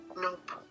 Nope